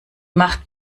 macht